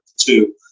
two